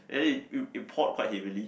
eh it it poured quite heavily